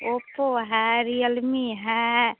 Oppo है Realme है